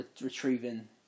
retrieving